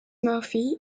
murphy